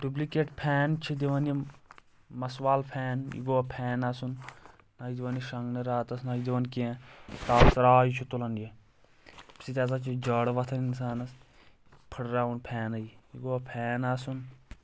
duplicate fan چھِ دِوان مس وال فین یہِ گوٚوَا فین آسُن نَہ چھِ دِوان یہِ شۄنٛگنہٕ راتَس نَہ چھِ دِوان کینٛہہ ٹاس راے چھُ تُلان یہِ اَمہِ سۭتۍ ہسا چھِ جیٚرٕ وَتھان اِنسانَس پھُٹراوُن فینٕے یہِ گوٚوَا فین آسُن